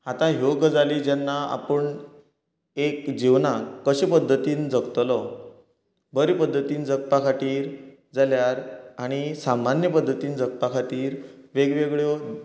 आता ह्यो गजालीं जेन्ना आपूण एक जिवनांत कशे पद्धतीन जगतलो बरें पद्धतीन जगपा खातीर जाल्यार आनी सामान्य पद्धतीन जगपा खातीर वेग वेगळ्यो